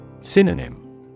Synonym